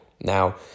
Now